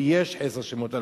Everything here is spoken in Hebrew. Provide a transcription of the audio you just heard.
ויש חסר של מאות אלפים.